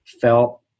felt